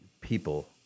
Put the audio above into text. people